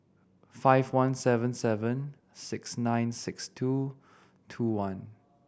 five one seven seven six nine six two two one